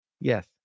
yes